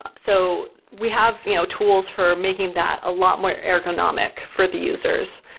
ah so, we have you know tools for making that a lot more ergonomic for the users.